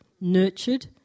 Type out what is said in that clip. nurtured